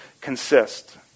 consist